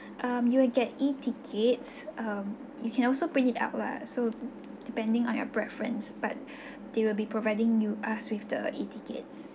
um you'll get E tickets um you can also print it out lah so depending on your preference but they will be providing you us with the E tickets